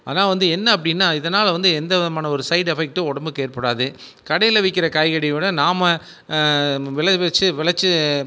ஆனால் வந்து என்ன அப்படின்னா இதனால் வந்து எந்த விதமான ஒரு சைட் எஃபெக்ட்டும் உடம்புக்கு ஏற்படாது கடையில் விற்கிற காய்கறியை விட நாம் விளைவித்த விளவிச்சி